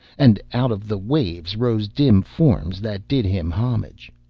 and out of the waves rose dim forms that did him homage.